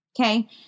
okay